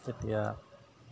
তেতিয়া